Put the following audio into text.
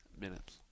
minutes